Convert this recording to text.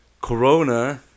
Corona